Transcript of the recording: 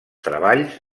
treballs